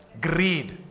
Greed